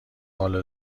حالو